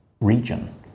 region